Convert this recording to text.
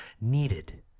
needed